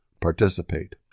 participate